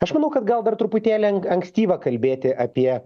aš manau kad gal dar truputėlį ankstyva kalbėti apie